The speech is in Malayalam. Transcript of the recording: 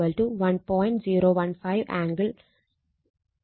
015 ആംഗിൾ 113